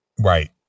right